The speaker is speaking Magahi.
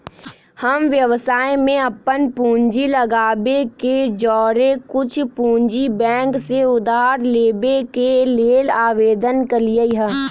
हम व्यवसाय में अप्पन पूंजी लगाबे के जौरेए कुछ पूंजी बैंक से उधार लेबे के लेल आवेदन कलियइ ह